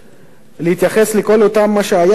להתייחס לכל מה שהיה עד היום,